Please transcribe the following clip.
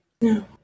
No